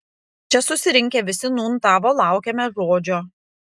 čia susirinkę visi nūn tavo laukiame žodžio